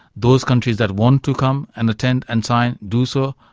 those countries that want to come and attend and sign do so,